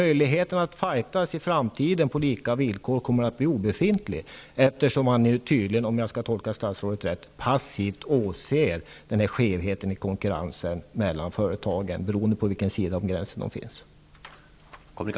Möjligheterna att i framtiden fajtas på lika villkor kommer att bli obefintliga, eftersom man nu tydligen -- om jag har tolkat statsrådet rätt -- passivt åser denna skevhet i konkurrensen mellan företagen, beroende på vilken sida av gränsen de är belägna.